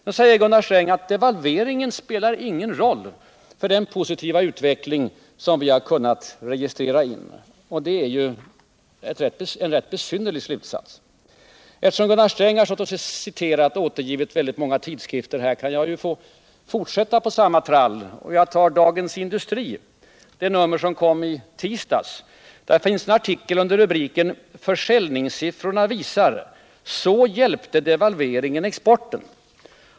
Gunnar Sträng säger att devalveringen inte spelat någon roll för den positiva utveckling som vi kunnat registrera. Det är ju en rätt besynnerlig slutsats. Eftersom Gunnar Sträng citerat väldigt många tidskrifter, kan jag väl fortsätta i samma trall. Jag tar det nummer av Dagens Industri som kom i tisdags. Där finns en artikel under rubriken ”Försäljningssiffrorna visar: Så hjälpte devalveringen exporten”.